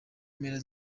mpera